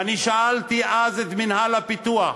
ואני שאלתי אז את מינהל הפיתוח: